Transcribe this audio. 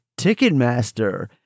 Ticketmaster